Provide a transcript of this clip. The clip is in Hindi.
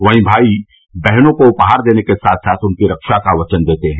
वहीं भाई बहनों को उपहार देने के साथ साथ उनकी रक्षा का वचन देते हैं